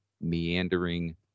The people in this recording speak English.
meandering